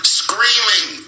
screaming